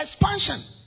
expansion